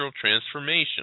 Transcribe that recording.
transformation